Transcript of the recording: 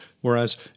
whereas